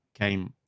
came